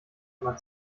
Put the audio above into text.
immer